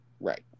Right